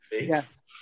Yes